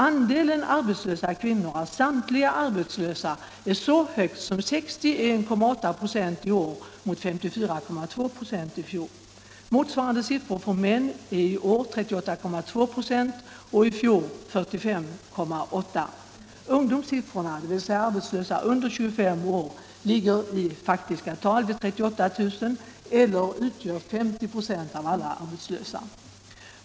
Andelen arbetslösa kvinnor av samtliga arbetslösa är så hög som 61,8 96 i år mot 54,2 96 i fjol. Motsvarande siffror för män är i år 38,2 946 och i fjol 45,8 96. Ungdomssiffrorna, dvs. arbetslösa under 25 år, ligger i faktiska tal vid 38 000 eller utgör 50 96 av alla arbetslösa.